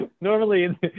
Normally